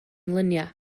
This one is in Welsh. luniau